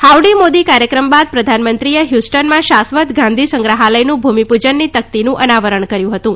howdy Modi કાર્યક્રમ બાદ પ્રધાનમંત્રીએ હ્યુસ્ટનમાં શાશ્વત ગાંધી સંગ્રહાલયનું ભૂમિપૂજનની તકતીનું અનાવરણ કર્યું હતું